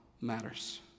matters